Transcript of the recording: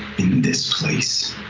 in this place.